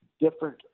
different